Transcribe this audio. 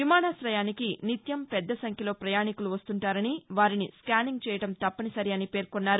విమానాశ్రయానికి నిత్యం పెద్ద సంఖ్యలో ప్రయాణీకులు వస్తుంటారని వారిని స్కానింగ్ చెయ్యడం తప్పనిసరి అని పేర్కొన్నారు